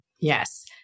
Yes